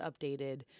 updated